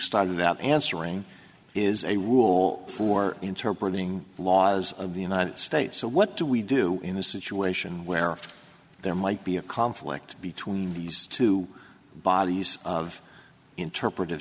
started out answering is a rule for interpreting the laws of the united states so what do we do in a situation where there might be a conflict between these two bodies of interpret